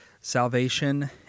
salvation